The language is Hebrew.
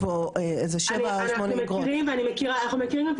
אנחנו מכירים גם את האיגרת שיצאה עכשיו לפני שבועיים או שלושה משהו כזה,